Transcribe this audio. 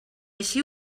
així